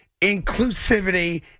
inclusivity